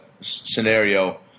scenario